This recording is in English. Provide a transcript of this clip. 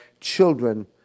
children